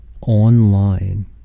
Online